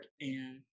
and-